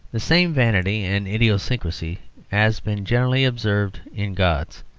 the same vanity and idiosyncrasy has been generally observed in gods.